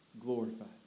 glorified